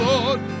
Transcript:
Lord